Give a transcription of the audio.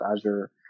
Azure